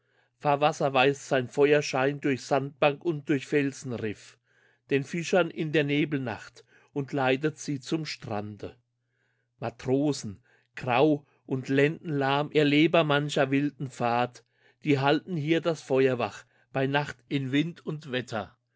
fahrwasser weist sein feuerschein durch sandbank und durch felsenriff den fischern in der nebelnacht und leitet sie zum strande matrosen grau und lendenlahm erleber mancher wilden fahrt die halten hier das feuer wach bei nacht in wind und wetter